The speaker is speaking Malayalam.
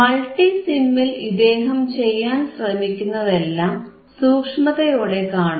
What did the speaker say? മൾട്ടിസിമ്മിൽ ഇദ്ദേഹം ചെയ്യാൻ ശ്രമിക്കുന്നതെല്ലാം സൂക്ഷ്മതയോടെ കാണുക